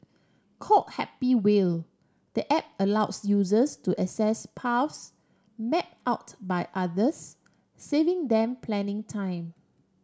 called Happy Wheel the app allows users to access paths mapped out by others saving them planning time